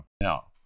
Now